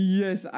yes